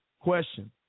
question